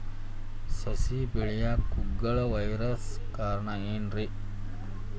ಸಸಿ ಬೆಳೆಯಾಕ ಕುಗ್ಗಳ ವೈರಸ್ ಕಾರಣ ಏನ್ರಿ?